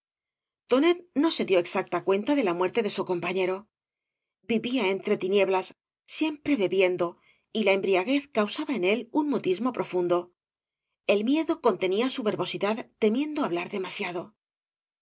no se dio exacta cuenta de la muerte de bu compañero vivía entre tinieblas siempre bebiendo y la embriaguez causaba en él un mutismo profundo el miedo contenía su verbosidad temiendo hablar demasiado